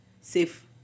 safe